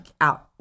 out